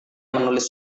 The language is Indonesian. menulis